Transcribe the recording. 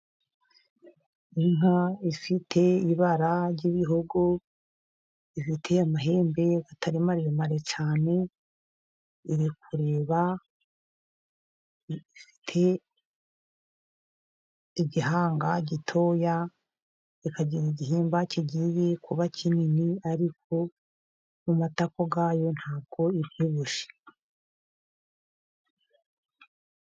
Inka ifite ibara ry'ibihogo, ifite amahembe atari maremare cyane, iri kureba, ifite igihanga gitoya, ikagira igihimba kigiye kuba kinini, ariko mu matako yayo ntabwo ibyibushye.